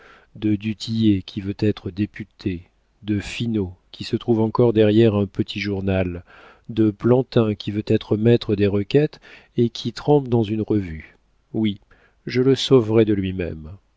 de du tillet qui veut être député de finot qui se trouve encore derrière un petit journal de plantin qui veut être maître des requêtes et qui trempe dans une revue oui je le sauverai de lui-même